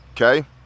Okay